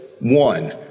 one